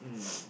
mm